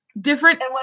different